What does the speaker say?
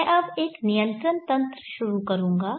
मैं अब एक नियंत्रण तंत्र शुरू करूंगा